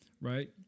right